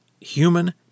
human